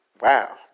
wow